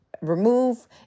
remove